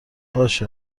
باشه